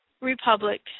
Republic